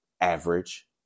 average